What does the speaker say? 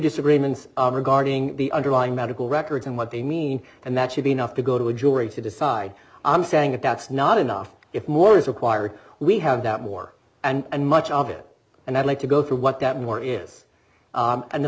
disagreements regarding the underlying medical records and what they mean and that should be enough to go to a jury to decide i'm saying that that's not enough if more is required we have that more and much of it and i'd like to go through what that more is and the